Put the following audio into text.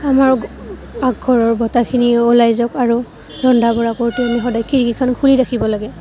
আমাৰ পাকঘৰৰ বতাহখিনিও ওলাই যাওক আৰু ৰন্ধা বঢ়া কৰোঁতেও আমি সদায় খিৰিকীখন খুলি ৰাখিব লাগে